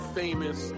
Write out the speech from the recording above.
famous